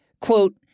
quote